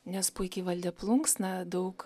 nes puikiai valdė plunksną daug